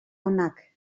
onak